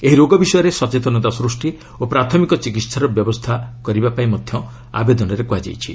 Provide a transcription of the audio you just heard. ଏହି ରୋଗ ବିଷୟରେ ସଚେତନତା ସୃଷ୍ଟି ଓ ପ୍ରାଥମିକ ଚିକିହାର ବ୍ୟବସ୍ଥା କରିବାପାଇଁ ମଧ୍ୟ ଆବେଦନରେ ଉଲ୍ଲେଖ ରହିଛି